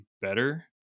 better